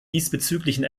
diesbezüglichen